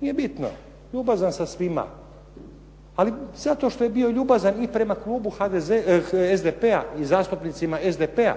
nije eto, ljubazan sa svima, ali zato jer je bio ljubazan i prema klubu SDP-a i zastupnicima SDP-a